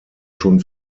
schon